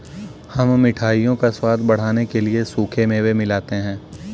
हम मिठाइयों का स्वाद बढ़ाने के लिए सूखे मेवे मिलाते हैं